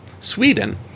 Sweden